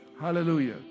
Hallelujah